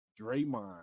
Draymond